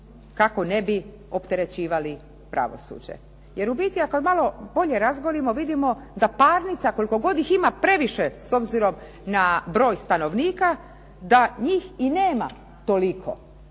kako ne bi opterećivali pravosuđe. Jer u biti ako malo bolje razgolimo vidimo da parnica koliko god ih ima, previše s obzirom na broj stanovnika, da njih i nema toliko.